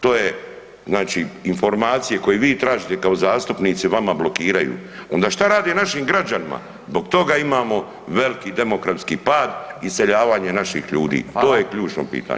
To je znači, informacije koje vi tražite kao zastupnici, vama blokiraju onda šta rade našim građanima, zbog toga imamo veliki demografski pad, iseljavanje naših ljudi [[Upadica Radin: Hvala.]] To je ključno pitanje.